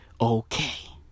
okay